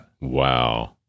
Wow